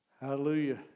Hallelujah